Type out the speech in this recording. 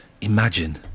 Imagine